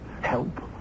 help